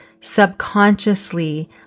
subconsciously